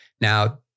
Now